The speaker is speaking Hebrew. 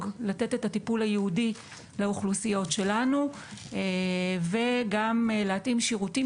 לתת את הטיפול הייעודי לאוכלוסיות שלנו וגם להתאים שירותים